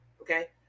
okay